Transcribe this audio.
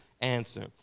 answer